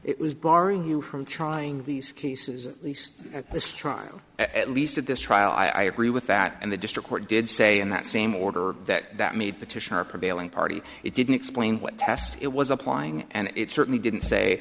it was bar you from trying these cases at least at this trial at least at this trial i agree with that and the district court did say in that same order that that made petition or prevailing party it didn't explain what test it was applying and it certainly didn't say